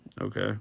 Okay